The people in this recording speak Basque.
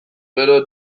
gero